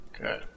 okay